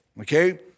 okay